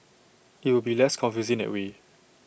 IT will be less confusing that way